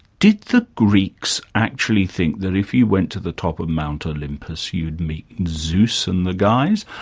did the greeks actually think that if you went to the top of mt olympus you'd meet zeus and the guys?